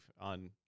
on